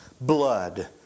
blood